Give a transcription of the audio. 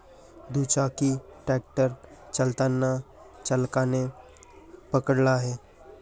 दुचाकी ट्रॅक्टर चालताना चालकाने पकडला आहे